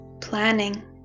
planning